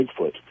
Bigfoot